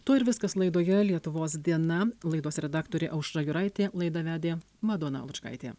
tuo ir viskas laidoje lietuvos diena laidos redaktorė aušra juraitė laidą vedė madona lučkaitė